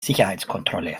sicherheitskontrolle